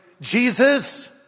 Jesus